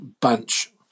bunch